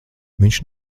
viņš